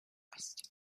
past